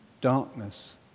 darkness